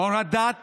הורדת